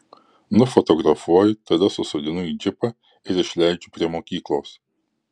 nufotografuoju tada susodinu į džipą ir išleidžiu prie mokyklos